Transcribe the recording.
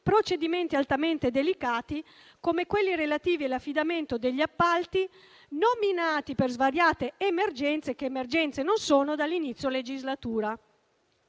procedimenti altamente delicati come quelli relativi all'affidamento degli appalti, nominati per svariate emergenze - che emergenze non sono - dall'inizio della legislatura.